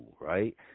right